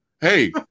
hey